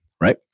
right